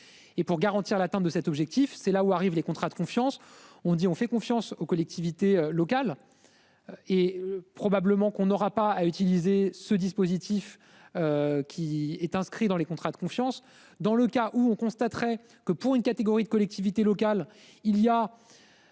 Et pour garantir l'atteinte de cet objectif. C'est là où arrivent les contrats de confiance, on dit on fait confiance aux collectivités locales. Et probablement qu'on aura pas à utiliser ce dispositif. Qui est inscrit dans les contrats de confiance dans le cas où on constaterait que pour une catégorie de collectivités locales il y a.